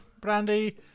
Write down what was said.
Brandy